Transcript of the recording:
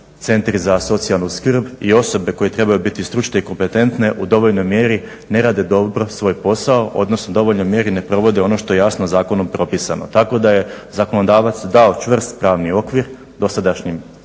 centri za socijalnu skrb i osobe koje trebaju biti stručne i kompetentne u dovoljnoj mjeri ne rade dobro svoj posao, odnosno u dovoljnoj mjeri ne provode ono što je jasno zakonom propisano. Tako da je zakonodavac dao čvrst pravni okvir dosadašnjim